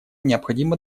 необходимо